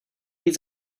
být